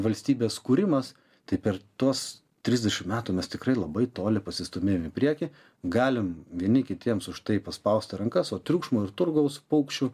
valstybės kūrimas tai per tuos trisdešimt metų mes tikrai labai toli pasistūmėjom į priekį galim vieni kitiems už tai paspausti rankas o triukšmo ir turgaus paukščių